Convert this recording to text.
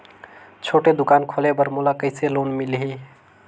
छोटे दुकान खोले बर मोला कइसे लोन मिलही?